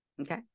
Okay